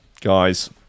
guys